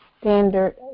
Standard